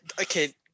okay